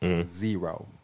Zero